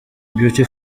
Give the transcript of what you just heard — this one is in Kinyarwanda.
beauty